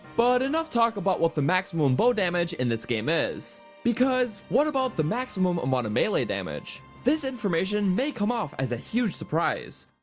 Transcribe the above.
but enough talk about what the maximum bow damage in this game is. becasue, what about the maximum amount of melee damage? this information may come off as a huge surprise.